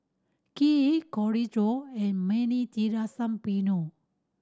Kheer Chorizo and